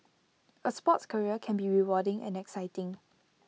A sports career can be rewarding and exciting